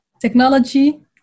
technology